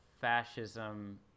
fascism